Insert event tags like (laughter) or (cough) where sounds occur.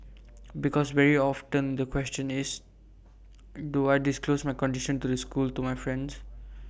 (noise) because very often the question is do I disclose my condition to the school to my friends